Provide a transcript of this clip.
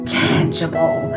tangible